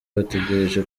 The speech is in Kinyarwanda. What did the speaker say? bategereje